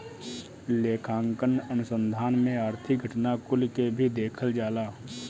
लेखांकन अनुसंधान में आर्थिक घटना कुल के भी देखल जाला